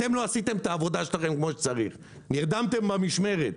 אתם לא עשיתם את העבודה שלכם כמו שצריך ונרדמתם במשמרת.